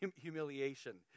humiliation